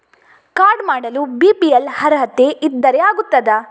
Card ಮಾಡಲು BPL ಅರ್ಹತೆ ಇದ್ದರೆ ಆಗುತ್ತದ?